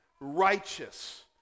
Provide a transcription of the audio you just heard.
righteous